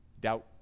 Doubt